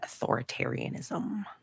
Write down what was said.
authoritarianism